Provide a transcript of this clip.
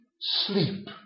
sleep